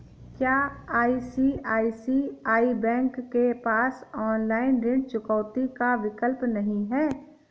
क्या ICICI bank के पास ऑनलाइन ऋण चुकौती का विकल्प नहीं है?